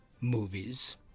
movies